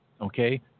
okay